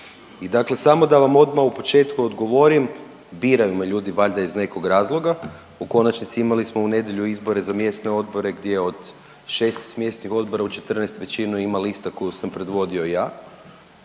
i dakle samo da vam odma u početku odgovorim, biraju me ljudi valjda iz nekog razloga, u konačnici imali smo u nedjelju izbore za mjesne odbore gdje od 16 mjesnih odbora u 14 većinu ima lista koju sam predvodio ja